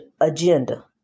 agenda